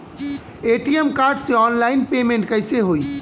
ATM card से online payment कैसे होई?